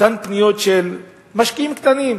אותן פניות של משקיעים קטנים,